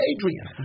Adrian